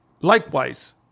likewise